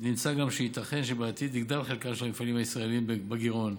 נמצא גם שייתכן שבעתיד יגדל חלקם של המפעלים הישראליים בגירעון.